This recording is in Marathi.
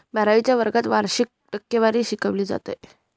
बारावीच्या वर्गात वार्षिक टक्केवारी शिकवली जाते